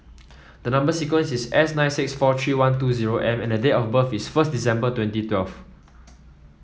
the number sequence is S nine six four three one two zero M and date of birth is first December twenty twelve